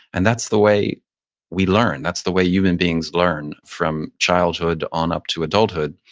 and that's the way we learn. that's the way human beings learn from childhood on up to adulthood.